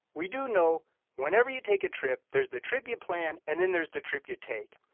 we do know whenever you take a trip, there's the trip you planned and then there's the trip you take.